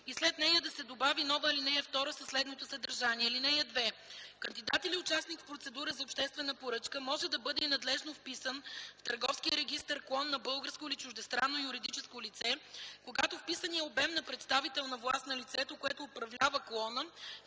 и след нея да се добави нова ал. 2 със следното съдържание: „(2) Кандидат или участник в процедура за обществена поръчка може да бъде и надлежно вписан в търговския регистър клон на българско или чуждестранно юридическо лице, когато вписаният обем на представителна власт на лицето, което управлява клона,